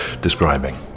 describing